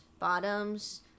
bottoms